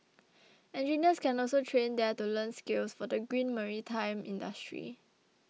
engineers can also train there to learn skills for the green maritime industry